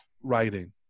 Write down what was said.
writing